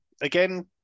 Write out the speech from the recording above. Again